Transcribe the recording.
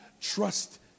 trust